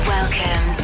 Welcome